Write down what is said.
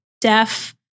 deaf